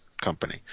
company